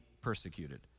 persecuted